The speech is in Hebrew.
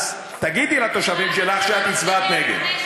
אז תגידי לתושבים שלך שאת הצבעת נגד.